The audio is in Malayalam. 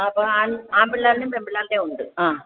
അപ്പം ആൺ ആൺപിള്ളേരുടെയും പെൺപിള്ളേരുടെയും ഉണ്ട് ആ